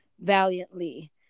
valiantly